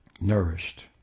nourished